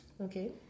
Okay